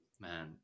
man